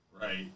Right